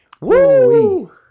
Woo